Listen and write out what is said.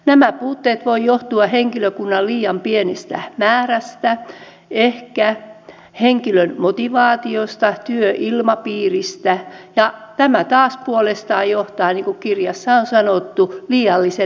nämä puutteet voivat johtua henkilökunnan liian pienestä määrästä ehkä henkilön motivaatiosta työilmapiiristä ja tämä taas puolestaan johtaa niin kuin kirjassa on sanottu liiallisen lääkityksen käyttöön